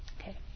Okay